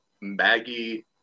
Maggie